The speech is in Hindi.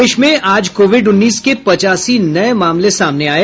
प्रदेश में आज कोविड उन्नीस के पचासी नये मामले सामने आये